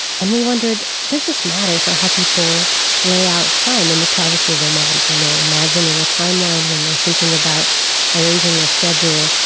and we wondered, does this matter for how people lay out time in the privacy of their minds when they're imagining the time line, when they're thinking about arranging their schedule.